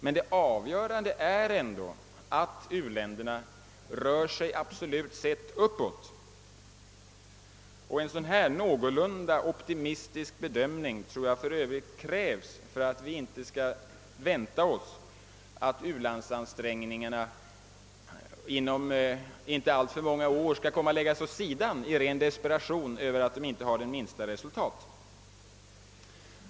Men det avgörande är ändå att u-länderna absolut sett rör sig uppåt. En sådan någorlunda optimistisk bedömning tror jag för övrigt krävs för att vi inte skall vänta oss att u-landsansträngningarna lägges åt sidan inom inte alltför många år i ren desperation över att ansträngningarna inte har medfört några som helst positiva resultat.